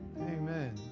Amen